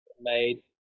made